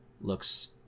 looks